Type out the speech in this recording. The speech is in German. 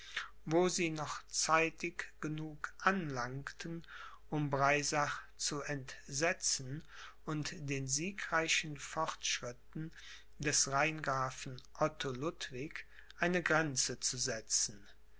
wo sie noch zeitig genug anlangten um breisach zu entsetzen und den siegreichen fortschritten des rheingrafen otto ludwig eine grenze zu setzen